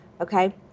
okay